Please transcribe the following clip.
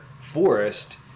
forest